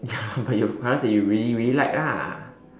ya but you have colours that you really really like lah